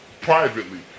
privately